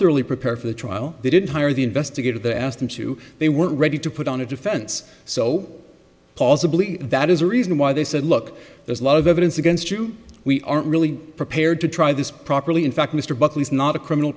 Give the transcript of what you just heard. thoroughly prepare for the trial they didn't hire the investigator to ask them to they weren't ready to put on a defense so possibly that is a reason why they said look there's a lot of evidence against you we aren't really prepared to try this properly in fact mr butler is not a criminal